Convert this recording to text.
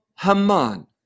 Haman